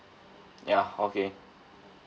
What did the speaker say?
ya okay